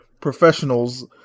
professionals